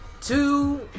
two